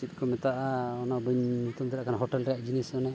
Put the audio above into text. ᱪᱮᱫᱠᱚ ᱢᱮᱛᱟᱜᱼᱟ ᱚᱱᱟ ᱵᱟᱹᱧ ᱧᱩᱛᱩᱢ ᱫᱟᱲᱮᱭᱟᱜ ᱠᱟᱱᱟ ᱦᱚᱴᱮᱞ ᱨᱮᱭᱟᱜ ᱡᱤᱱᱤᱥ ᱚᱱᱮ